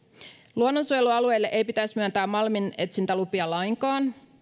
luonnonsuojelualueille ei pitäisi myöntää malminetsintälupia lainkaan